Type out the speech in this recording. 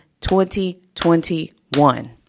2021